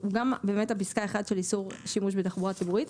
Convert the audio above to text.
גם באמת את פסקה (1) של איסור שימוש בתחבורה ציבורית,